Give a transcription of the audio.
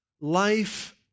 Life